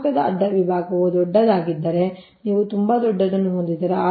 ವಾಹಕದ ಅಡ್ಡ ವಿಭಾಗವು ದೊಡ್ಡದಾಗಿದ್ದರೆ ನೀವು ತುಂಬಾ ದೊಡ್ಡದನ್ನು ಹೊಂದಿದ್ದರೆ